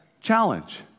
challenge